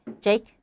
Jake